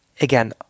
Again